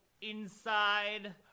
inside